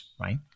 right